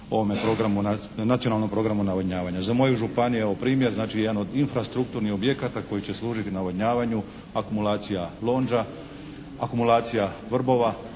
nacionalnom programu navodnjavanja. Za moju županiju evo primjer. Znači jedan od infrastrukturnih objekata koji će služiti navodnjavanju akumulacija Londža, akumulacija Vrbova,